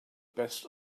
best